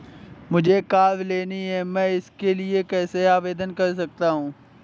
मुझे कार लेनी है मैं इसके लिए कैसे आवेदन कर सकता हूँ?